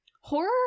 horror